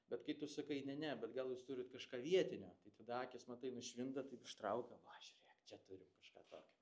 bet kai tu sakai ne ne bet gal jūs turit kažką vietinio tai tada akys matai nušvinta taip ištraukia va žiūrėk čia turim kažką tokio